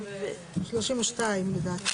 כן, 32 לדעתי.